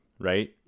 right